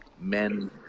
men